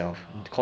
ya